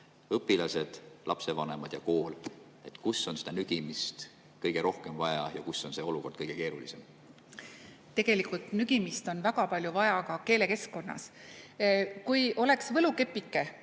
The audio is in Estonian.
õpilased, lapsevanemad ja kool – kus on seda nügimist kõige rohkem vaja? Kus on see olukord kõige keerulisem? Tegelikult nügimist on väga palju vaja ka keelekeskkonnas. Kui oleks võlukepike